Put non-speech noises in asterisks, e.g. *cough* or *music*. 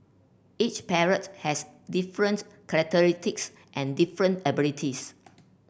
each parrot has different *unintelligible* and different abilities